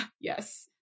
yes